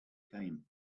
came